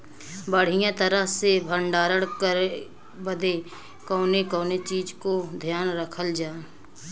बढ़ियां तरह से भण्डारण करे बदे कवने कवने चीज़ को ध्यान रखल जा?